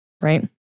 right